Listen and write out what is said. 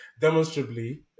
demonstrably